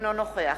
אינו נוכח